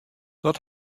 dat